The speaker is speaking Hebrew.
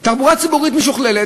תחבורה ציבורית משוכללת,